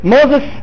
Moses